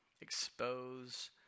expose